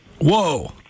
Whoa